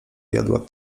jadła